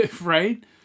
Right